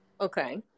Okay